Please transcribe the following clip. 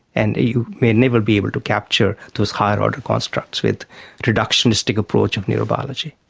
and you may never be able to capture those higher order constructs with the reductionistic approach of neurobiology.